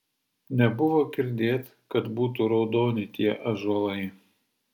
nebuvo girdėt kad būtų raudoni tie ąžuolai